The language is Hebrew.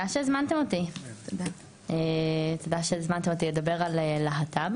שהזמנתם אותי לדבר על להט"ב.